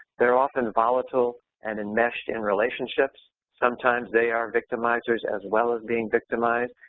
they're often volatile and enmeshed in relationships. sometimes they are victimizers as well as being victimized,